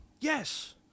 yes